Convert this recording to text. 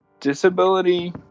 Disability